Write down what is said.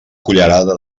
cullerada